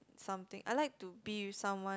something I like to be with someone